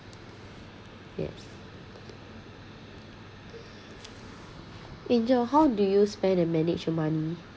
angel how do you spend and manage your money